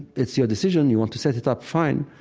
it's your decision. you want to set it up, fine,